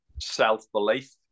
self-belief